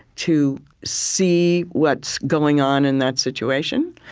to see what's going on in that situation,